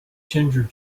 ginger